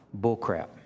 bullcrap